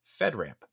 FedRAMP